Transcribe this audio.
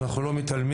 אנחנו לא מתעלמים,